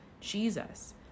Jesus